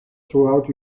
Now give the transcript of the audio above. throughout